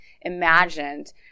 imagined